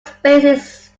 spaces